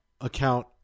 account